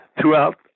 throughout